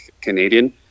Canadian